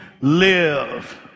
live